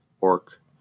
orc